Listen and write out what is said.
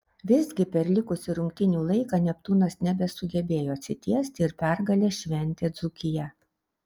visgi per likusį rungtynių laiką neptūnas nebesugebėjo atsitiesti ir pergalę šventė dzūkija